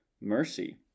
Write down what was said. mercy